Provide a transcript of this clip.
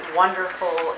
wonderful